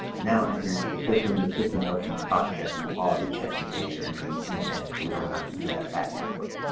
now entering it into the system, the system helps you spot check and quality check the data you're entering in advance, so we don't have to do that back and forth.